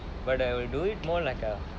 but I will do it more like a